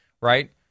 right